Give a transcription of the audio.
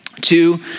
Two